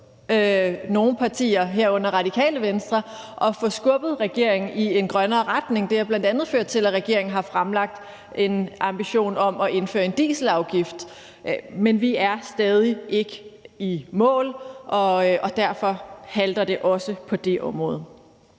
nogle partier, herunder Radikale Venstre, at få skubbet regeringen i en grønnere retning, og det har bl.a. ført til, at regeringen har fremlagt en ambition om at indføre en dieselafgift, men vi er stadig ikke i mål, og derfor halter det også på det område.